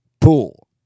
pool